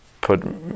put